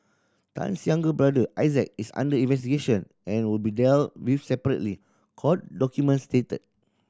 Tan's younger brother Isaac is under investigation and will be dealt with separately court documents stated